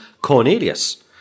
Cornelius